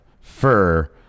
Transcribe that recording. fur